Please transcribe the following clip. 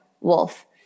wolf